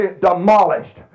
demolished